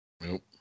Nope